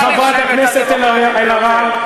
חברת הכנסת אלהרר,